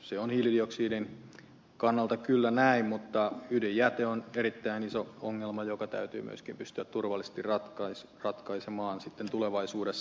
se on hiilidioksidin kannalta kyllä näin mutta ydinjäte on erittäin iso ongelma joka täytyy myöskin pystyä turvallisesti ratkaisemaan tulevaisuudessa